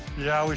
yeah,